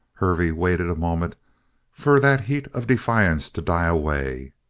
hervey waited a moment for that heat of defiance to die away.